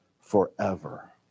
forever